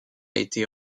été